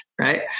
right